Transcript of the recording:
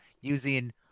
using